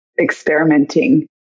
experimenting